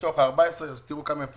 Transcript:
מתוך ה-14, אז תראו כמה הם מפוזרים.